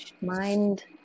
mind